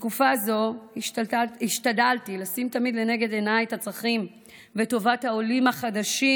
בתקופה הזאת השתדלתי לשים תמיד לנגד עיניי את הצרכים של העולים החדשים